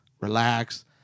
Relax